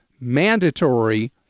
mandatory